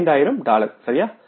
5000 dollar சரியா